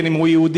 בין אם הוא יהודי,